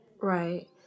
Right